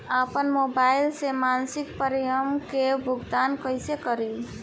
आपन मोबाइल से मसिक प्रिमियम के भुगतान कइसे करि?